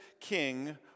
king